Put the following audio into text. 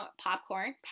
popcorn